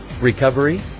Recovery